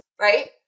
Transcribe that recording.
right